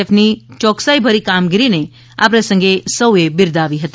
F ની ચોક્કસાઈભરી કામગીરીને આ પ્રસંગે સૌએ બિરદાવી હતી